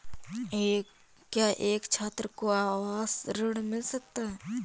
क्या एक छात्र को आवास ऋण मिल सकता है?